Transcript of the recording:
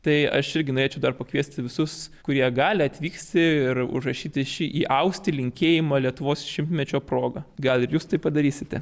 tai aš irgi norėčiau dar pakviesti visus kurie gali atvykti ir užrašyti šį įausti linkėjimą lietuvos šimtmečio proga gal ir jūs tai padarysite